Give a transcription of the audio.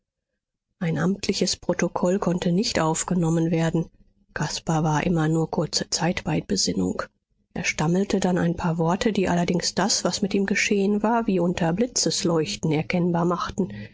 ein amtliches protokoll konnte nicht aufgenommen werden caspar war immer nur kurze zeit bei besinnung er stammelte dann ein paar worte die allerdings das was mit ihm geschehen war wie unter blitzesleuchten erkennbar machten